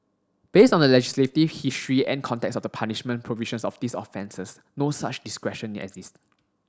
based on the legislative history and context of the punishment provisions of these offences no such discretion exists